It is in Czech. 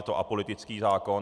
Je to apolitický zákon.